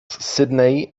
sydney